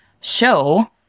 show